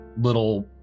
little